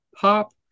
pop